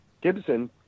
Gibson